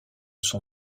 son